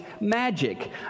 magic